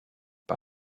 par